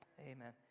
amen